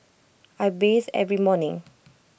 I bathe every morning